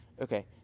okay